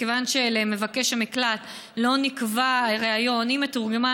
מכיוון שלמבקש המקלט לא נקבע ריאיון עם מתורגמן